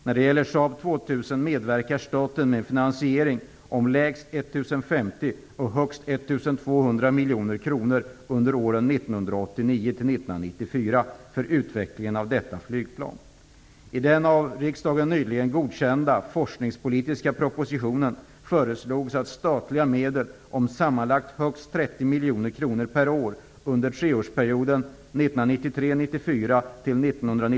När det gäller Saab 2000 medverkar staten med finansiering om lägst i 1 050 och högst 1 200 miljoner kronor under åren 1989--1994 för utvecklingen av detta flygplan.